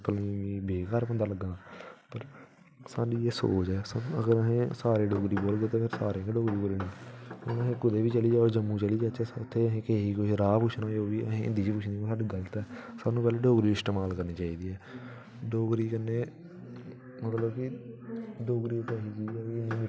कि हर बंदा लग्गना पर स्हानू एह् सोच ऐ कि असें घर सारे डोगरी बोलगदे ते सारें गै डोगरी बोलनी ते कोई जम्मू चली जाओ उत्थें कोई राह् पुच्छङन हिंदी चें पुच्छङन ओह् गलत ऐ स्हानू ह्लें डोगरी बोलनी चाहिदी ऐ डोगरी कन्नै मतलब की डोगरी इक्क चीज़ ऐ की एह् इन्नी मिट्ठी